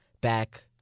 back